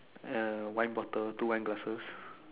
a wine bottle two wine glasses